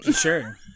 sure